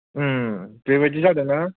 बेबादि जादों ना